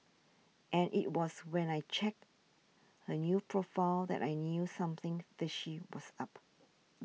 and it was when I checked her new profile that I knew something fishy was up